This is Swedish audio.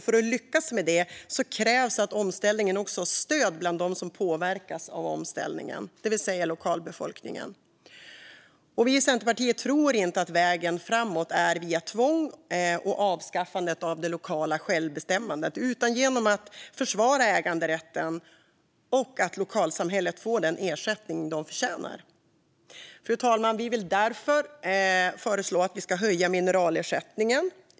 För att lyckas med det krävs att omställningen också har stöd bland dem som påverkas av omställningen, det vill säga lokalbefolkningen. Vi i Centerpartiet tror inte att vägen framåt är via tvång och avskaffandet av det lokala självbestämmandet, utan genom att försvara äganderätten och att lokalsamhället får den ersättning det förtjänar. Fru talman! Vi vill därför föreslå att vi ska utreda att höja mineralersättningen.